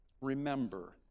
remember